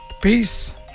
peace